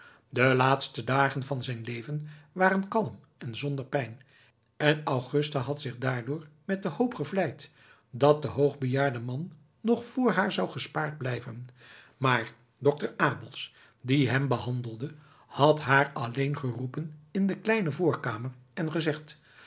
de laatste dagen van zijn leven waren kalm en zonder pijn en augusta had zich daardoor met de hoop gevleid dat de hoogbejaarde man nog voor haar zou gespaard blijven maar dokter abels die hem behandelde had haar alleen geroepen in de kleine voorkamer en gezegd